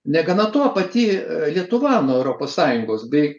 negana to pati lietuva nuo europos sąjungos bei